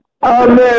Amen